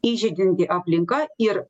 įžeidžianti aplinka ir